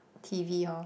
T V orh